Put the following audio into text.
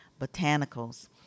botanicals